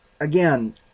Again